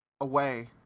away